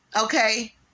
Okay